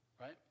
Right